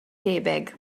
tebyg